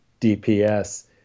dps